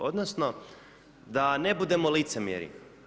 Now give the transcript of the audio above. Odnosno, da ne budemo licemjeri.